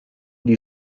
die